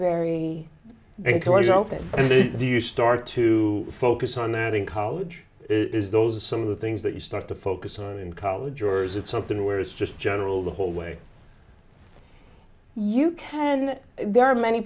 thing do you start to focus on that in college those are some of the things that you start to focus on in college or is it something where it's just general the whole way you can that there are many